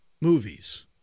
movies